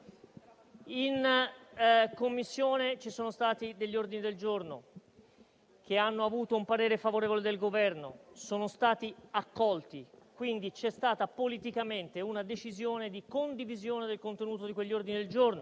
In Commissione ci sono stati degli ordini del giorno che hanno ricevuto un parere favorevole del Governo e sono stati accolti. Quindi, c'è stata politicamente una decisione di condivisione del contenuto di quegli ordini del giorno,